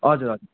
हजुर हजुर